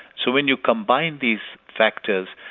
so when you combine these factors,